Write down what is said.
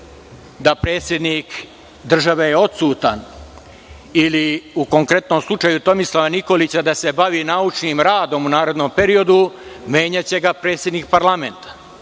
da predsednik države je odsutan ili, u konkretnom slučaju Tomislava Nikolića, da se bavi naučnim radom u narednom periodu menjaće ga predsednik parlamenta.